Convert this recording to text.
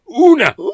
Una